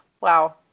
wow